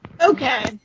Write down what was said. Okay